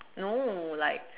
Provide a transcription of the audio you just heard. no like